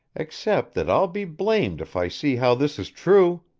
except that i'll be blamed if i see how this is true.